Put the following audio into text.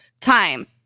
time